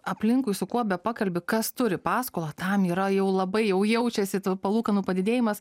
aplinkui su kuo pakalbi kas turi paskolą tam yra jau labai jau jaučiasi tų palūkanų padidėjimas